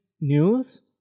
news